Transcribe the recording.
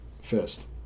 fist